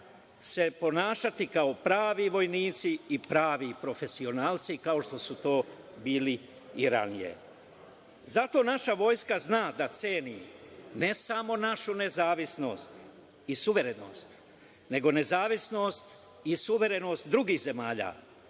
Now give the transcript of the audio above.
se ponašati kao pravi vojnici i pravi profesionalci, kao što su to bili i ranije. Zato naša Vojska zna da ceni ne samo našu nezavisnost i suverenost nego i nezavisnost i suverenost drugih zemalja.